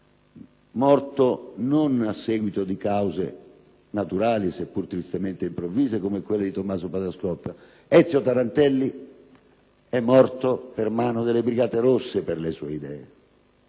è morto non in seguito a cause naturali, se pur tristemente improvvise come quelle di Tommaso Padoa-Schioppa: Ezio Tarantelli, morto per mano delle Brigate rosse per le sue idee.